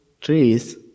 trees